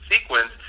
sequence